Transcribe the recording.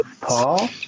Paul